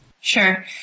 Sure